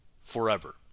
forever